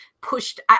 pushed